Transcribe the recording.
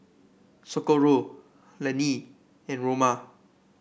Socorro Lannie and Roma